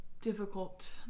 difficult